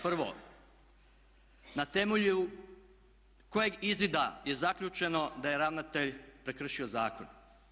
Prvo, na temelju kojeg izvida je zaključeno da je ravnatelj prekršio zakon?